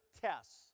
tests